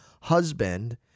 husband